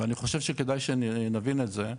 ואני חושב שכדאי שנבין את זה,